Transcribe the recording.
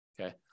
okay